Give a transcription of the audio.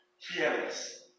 Fearless